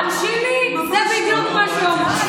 תקשיבי, זה בדיוק מה שאומרים.